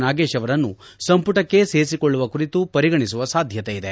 ನಾಗೇಶ್ ಅವರನ್ನು ಸಂಪುಟಕ್ಕೆ ಸೇರಿಸಿಕೊಳ್ಳುವ ಕುರಿತು ಪರಿಗಣಿಸುವ ಸಾಧ್ಯತೆ ಇದೆ